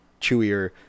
chewier